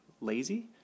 lazy